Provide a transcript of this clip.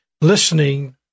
listening –